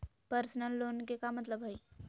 Personal loan के का मतलब हई?